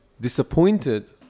disappointed